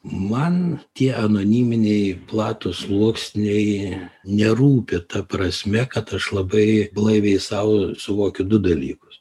man tie anoniminiai platūs sluoksniai nerūpi ta prasme kad aš labai blaiviai sau suvokiu du dalykus